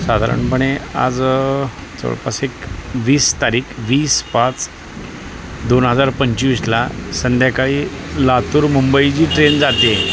साधारणपणे आज जवळपास एक वीस तारीख वीस पाच दोन हजार पंचवीसला संध्याकाळी लातूर मुंबई जी ट्रेन जाते